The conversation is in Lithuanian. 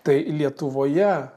tai lietuvoje